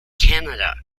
canada